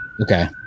Okay